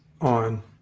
on